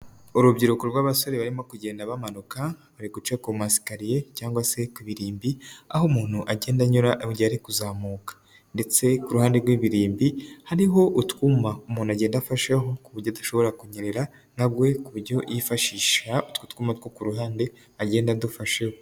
Urubyiruko rw'abasore barimo kugenda bamanuka. Bari guca ku masikariye cyangwa se ku birimbi. Aho umuntu agenda anyura urugero ari kuzamuka ndetse ku ruhande rw'ibirimbi, hariho utwuma umuntu agenda afasheho, ku buryo adashobora kunyerera. Nawe ku buryo yifashisha utwo twuma two ku ruhande agenda adufashemo.